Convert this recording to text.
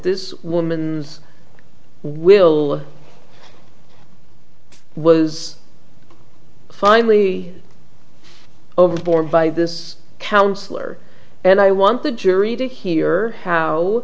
this woman's will was finally overboard by this counselor and i want the jury to hear how